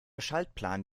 schaltplan